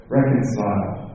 Reconcile